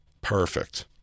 Perfect